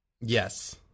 Yes